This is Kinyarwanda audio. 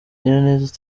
nyiraneza